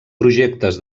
projectes